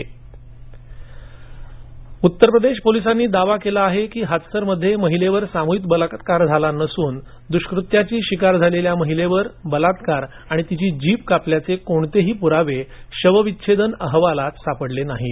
हाथसर उत्तर प्रदेश पोलिसांनी दावा केला आहे की हाथसर मध्ये महिलेवर सामुहिक बलात्कार झाला नसून दुष्कृत्याची शिकार झालेल्या महिलेवर बलात्कार आणि तिची जीभ कापल्याचे कोणतेही पुरावे शवविच्छेदान अहवालात सापडलेले नाहीत